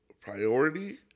priority